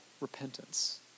repentance